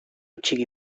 txiki